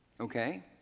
okay